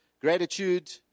gratitude